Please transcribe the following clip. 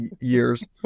Years